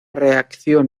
reacción